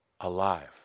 alive